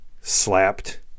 slapped